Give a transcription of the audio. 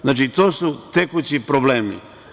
Znači, to su tekući problemi.